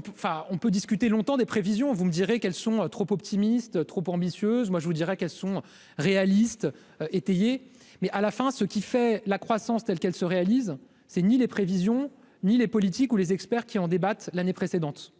peut enfin, on peut discuter longtemps des prévisions, vous me direz qu'elles sont trop optimistes trop ambitieuse, moi je vous dirais qu'elles sont réalistes étayer mais à la fin, ce qui fait la croissance telle qu'elle se réalise, c'est ni les prévisions, ni les politiques ou les experts, qui en débattent l'année précédente,